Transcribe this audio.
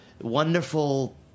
wonderful